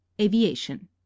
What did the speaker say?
aviation